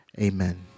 amen